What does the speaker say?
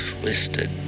twisted